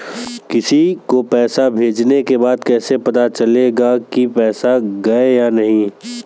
किसी को पैसे भेजने के बाद कैसे पता चलेगा कि पैसे गए या नहीं?